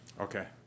okay